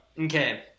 okay